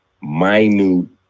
minute